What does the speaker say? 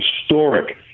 historic